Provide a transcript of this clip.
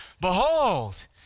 behold